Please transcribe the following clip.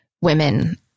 women